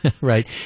Right